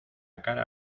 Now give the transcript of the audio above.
cara